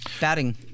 batting